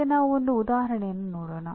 ಈಗ ನಾವು ಒಂದು ಉದಾಹರಣೆಯನ್ನು ನೋಡೋಣ